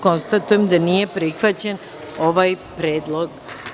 Konstatujem da nije prihvaćen ovaj predlog.